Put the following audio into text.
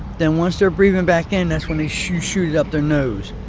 then once they're breathing back in, that's when you shoot shoot it up their nose.